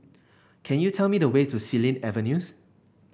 can you tell me the way to Xilin Avenues